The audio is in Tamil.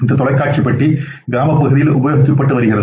இந்த தொலைக்காட்சி பெட்டி கிராமப்பகுதியில் உபயோகிக்கப்பட்டு வருகிறது